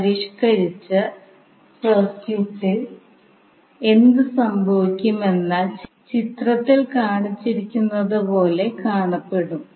പരിഷ്ക്കരിച്ച സർക്യൂട്ടിൽ എന്ത് സംഭവിക്കും എന്നാൽ ചിത്രത്തിൽ കാണിച്ചിരിക്കുന്നതുപോലെ കാണപ്പെടും